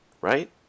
Right